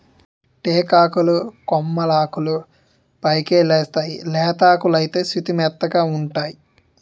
టేకాకులు కొమ్మలాకులు పైకెలేస్తేయ్ లేతాకులైతే సుతిమెత్తగావుంటై